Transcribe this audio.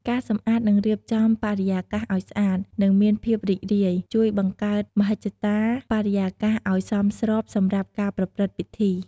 ការសម្អាតនឹងរៀបចំបរិយាកាសឲ្យស្អាត និងមានភាពរីករាយ ជួយបង្កើតមហិច្ឆតាបរិយាកាសឲ្យសមស្របសម្រាប់ការប្រព្រឹត្តិពិធី។